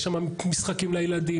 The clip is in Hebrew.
יש שם משחקים לילדים,